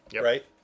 right